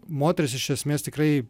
moterys iš esmės tikrai